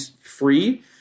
free